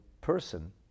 person